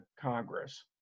Congress